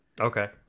Okay